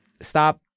stop